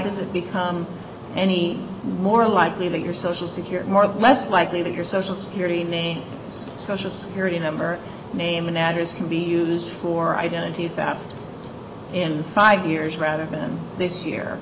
does it become any more likely that your social security more or less likely that your social security name social security number name and address can be used for identity theft in five years rather than this year